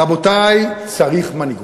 רבותי, צריך מנהיגות.